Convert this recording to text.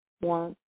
One